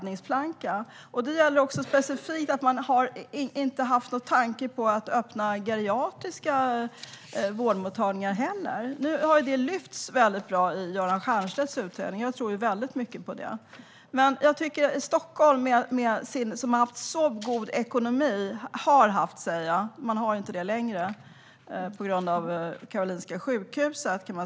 Ingen har haft någon tanke på att öppna geriatriska vårdmottagningar heller. Nu har denna fråga lyfts upp på ett bra sätt i Göran Stiernstedts utredning. Jag tror mycket på den. Stockholm har haft god ekonomi, men man har inte det längre på grund av Karolinska sjukhuset.